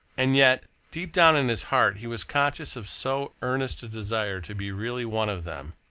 and yet, deep down in his heart he was conscious of so earnest a desire to be really one of them,